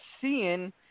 seeing